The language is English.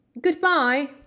Goodbye